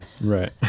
Right